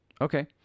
Okay